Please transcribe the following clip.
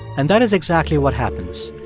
and that is exactly what happens.